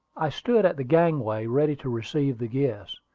i stood at the gangway, ready to receive the guests.